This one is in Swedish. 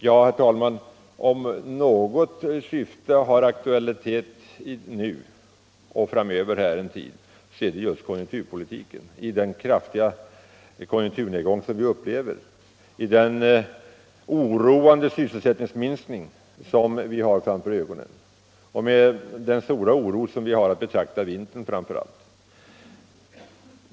Ja, herr talman, om något syfte har aktualitet nu och en tid framöver så är det just konjunkturpolitiken i den kraftiga konjunkturnedgång som vi upplever, i den situation med en oroande sysselsättningsminskning som vi har framför ögonen och med den oro som vi har att se framför allt vintern med.